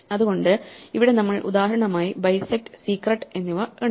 അതുകൊണ്ട് ഇവിടെ നമ്മൾ ഉദാഹരണമായി bisect secret എന്നിവ കണ്ടു